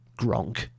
Gronk